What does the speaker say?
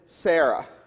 Sarah